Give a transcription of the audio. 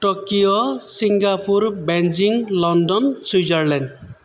Tokyo Singapore Beijing London Switzerland